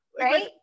right